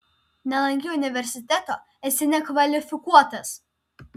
nelankei universiteto esi nekvalifikuotas